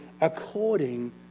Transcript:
according